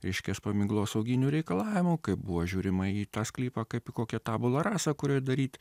reiškias paminklosauginių reikalavimų kaip buvo žiūrima į tą sklypą kaip į kokią tobulą rasą kurioj daryti